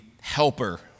helper